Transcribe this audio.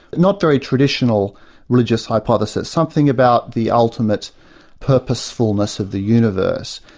not very traditional religious hypothesis. something about the ultimate purposefulness of the universe.